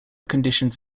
conditions